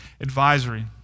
advisory